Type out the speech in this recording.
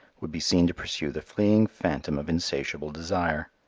would be seen to pursue the fleeing phantom of insatiable desire.